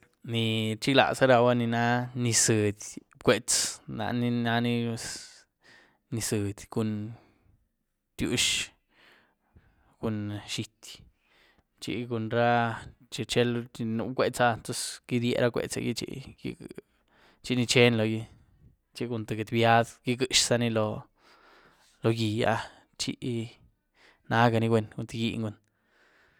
Ní rchiglaza rawúa ni na nyis zyiehd bcuetz laní naní nyis zyiehd cun btyióozh cun zhiéty chi cun ra chi rchiely cun bcuetz áh idiera bcuetzegía chi chi ni cheen logí chi cun tïé get biad igyiezhzaní lóo gí ah chi naganí gwen cun tïé gyény gun.